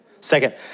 second